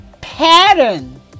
pattern